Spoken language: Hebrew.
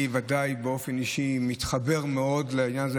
אני באופן אישי ודאי מתחבר מאוד לעניין הזה.